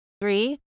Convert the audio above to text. Three